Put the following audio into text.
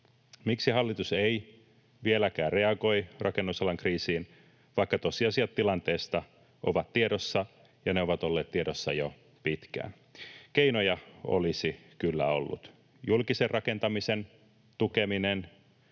Miksi hallitus ei vieläkään reagoi rakennusalan kriisiin, vaikka tosiasiat tilanteesta ovat tiedossa ja ne ovat olleet tiedossa jo pitkään? Keinoja olisi kyllä ollut. Julkisen rakentamisen tukeminen,